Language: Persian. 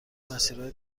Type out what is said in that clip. مسیرهای